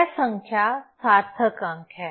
यह संख्या सार्थक अंक है